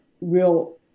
real